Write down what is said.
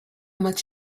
much